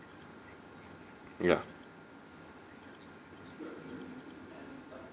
ya